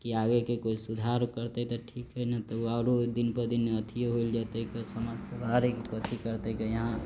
की आगे के कोइ सुधार करतै त ठीक है नै त आउरो दिन पऽ दिन अथिये होइल जेतै क समझ सँ बाहर है की कथि करतै क यहाँ